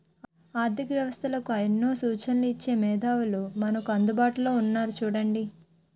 ఆర్థిక వ్యవస్థలకు ఎన్నో సూచనలు ఇచ్చే మేధావులు మనకు అందుబాటులో ఉన్నారు చూడండి